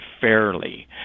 fairly